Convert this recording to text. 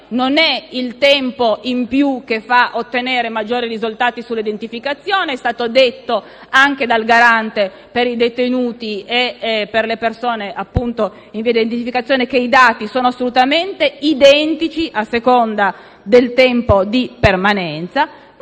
non è il tempo in più che fa ottenere maggiori risultati sull'identificazione (è stato detto anche dal garante per i detenuti e per le persone in via di identificazione che i dati sono assolutamente identici, indipendentemente dal tempo di permanenza),